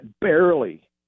barely